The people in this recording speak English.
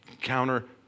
counter